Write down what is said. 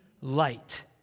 light